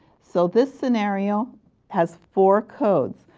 so this scenario has four codes.